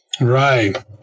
Right